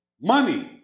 Money